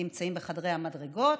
נמצאים בחדרי המדרגות.